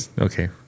okay